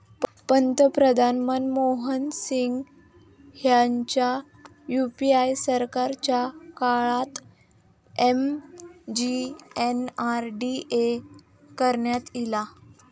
पंतप्रधान मनमोहन सिंग ह्यांच्या यूपीए सरकारच्या काळात एम.जी.एन.आर.डी.ए करण्यात ईला